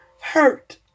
hurt